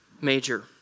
major